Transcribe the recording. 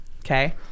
Okay